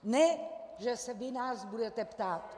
Ne že se vy nás budete ptát.